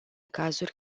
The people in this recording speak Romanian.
cazuri